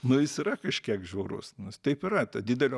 nu jis yra kažkiek žiaurus taip yra ta didelio